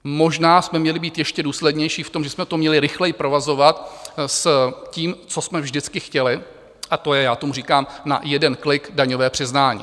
Možná jsme měli být ještě důslednější v tom, že jsme to měli rychleji provazovat s tím, co jsme vždycky chtěli, a to je já tomu říkám na jeden klik daňové přiznání.